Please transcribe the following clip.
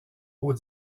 aux